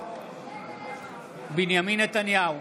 בנימין נתניהו,